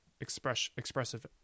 expressive